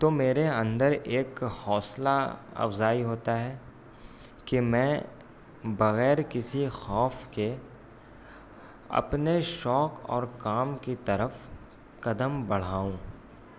تو میرے اندر ایک حوصلہ افزائی ہوتا ہے کہ میں بغیر کسی خوف کے اپنے شوق اور کام کی طرف قدم بڑھاؤں